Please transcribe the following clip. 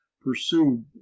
pursued